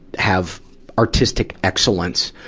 have artistic excellence,